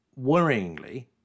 Worryingly